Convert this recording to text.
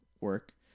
work